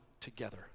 together